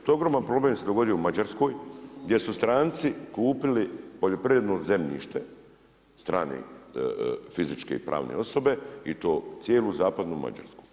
Taj ogroman problem se dogodio u Mađarskoj gdje su stranci kupili poljoprivredno zemljište strane fizičke i pravne osobe i to cijelu Zapadnu Mađarsku.